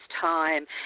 time